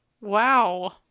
Wow